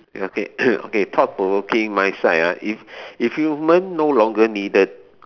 ya okay okay thought provoking my side ah if if human no longer needed